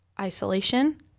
isolation